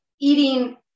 eating